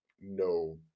no